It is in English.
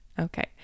Okay